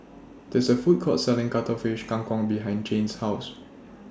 This IS A Food Court Selling Cuttlefish Kang Kong behind Jane's House